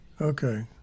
Okay